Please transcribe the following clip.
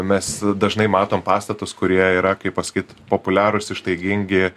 mes dažnai matom pastatus kurie yra kaip pasakyt populiarūs ištaigingi